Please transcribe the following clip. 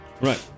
Right